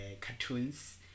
cartoons